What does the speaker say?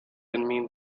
ennemis